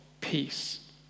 peace